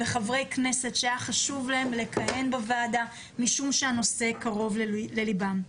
וחברי כנסת שהיה להם חשוב לכהן בוועדה משום שהנושא קרוב לליבם.